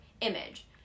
image